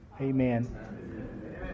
Amen